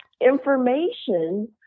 information